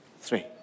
three